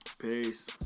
peace